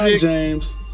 James